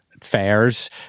fairs